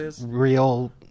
real